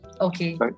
okay